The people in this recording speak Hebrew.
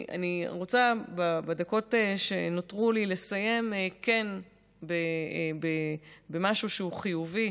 אני רוצה בדקות שנותרו לי כן לסיים במשהו שהוא חיובי.